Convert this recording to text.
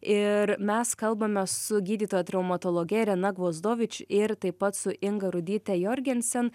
ir mes kalbame su gydytoja traumatologe rena gvozdovič ir taip pat su inga rudyte jorgensen